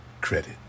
credit